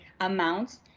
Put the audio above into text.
amounts